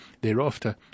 thereafter